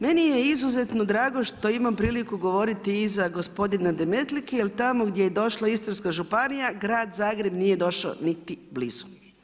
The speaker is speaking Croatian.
Meni je izuzetno drago što imam priliku govoriti i iza gospodina Demetlike jer tamo gdje je došla Istarska županija grad Zagreb nije došao niti blizu.